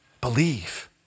Believe